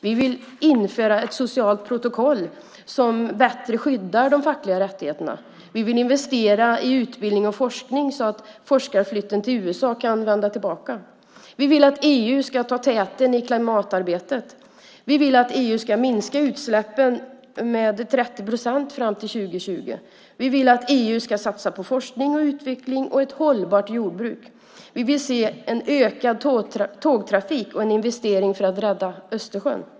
Vi vill införa ett socialt protokoll som bättre skyddar de fackliga rättigheterna. Vi vill investera i utbildning och forskning så att forskarflytten till USA kan vändas tillbaka. Vi vill att EU ska ta täten i klimatarbetet. Vi vill att EU ska minska sina utsläpp med 30 procent fram till 2020. Vi vill att EU satsar på forskning och utveckling av ett hållbart jordbruk. Vi vill se en ökad tågtrafik och investeringar för att rädda Östersjön.